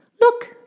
Look